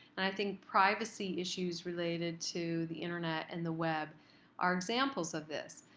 and i think privacy issues related to the internet and the web are examples of this.